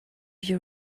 you